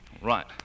Right